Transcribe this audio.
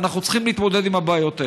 ואנחנו צריכים להתמודד עם הבעיות האלה.